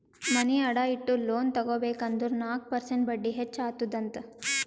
ಮನಿ ಅಡಾ ಇಟ್ಟು ಲೋನ್ ತಗೋಬೇಕ್ ಅಂದುರ್ ನಾಕ್ ಪರ್ಸೆಂಟ್ ಬಡ್ಡಿ ಹೆಚ್ಚ ಅತ್ತುದ್ ಅಂತ್